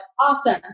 awesome